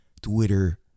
Twitter